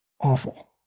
awful